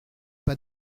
pas